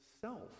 self